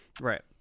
Right